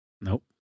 Nope